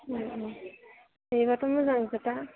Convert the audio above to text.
सोयोबाथ' मोजां खोथा